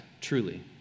truly